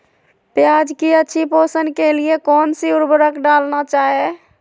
प्याज की अच्छी पोषण के लिए कौन सी उर्वरक डालना चाइए?